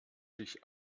sich